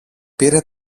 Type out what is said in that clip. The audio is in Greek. πήρε